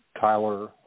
Tyler